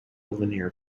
linear